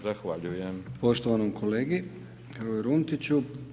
Zahvaljujem poštovanom kolegi Runtiću.